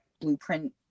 blueprint